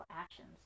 actions